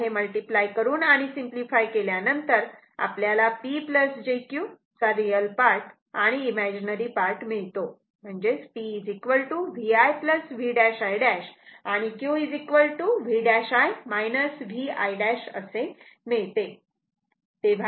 तेव्हा हे मल्टिप्लाय करून आणि सिम्पली फाय केल्यानंतर आपल्याला P jQ याचा रियल पार्ट आणि इमेजनरी पार्ट मिळतो म्हणजेच P v i v' i' आणि Q v' i v i' असे मिळते